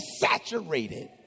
saturated